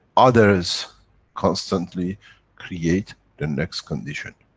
others constantly create the next condition.